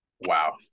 wow